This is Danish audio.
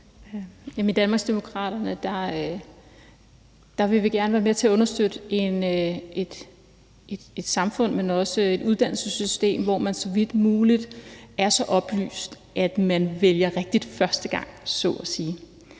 I Danmarksdemokraterne vil vi gerne være med til at understøtte et samfund, men også et uddannelsessystem, hvor man så vidt muligt er så oplyst, at man så at sige vælger rigtigt første gang.